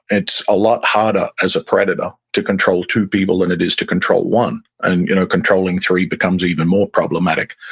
it's a lot harder as a predator to control two people than it is to control one. and you know controlling three becomes even more problematic.